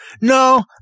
no